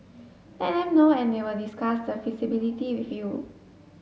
let them know and they will discuss the feasibility with you